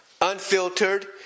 unfiltered